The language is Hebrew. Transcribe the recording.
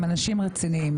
אנשים טובים,